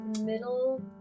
middle